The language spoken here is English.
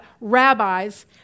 rabbis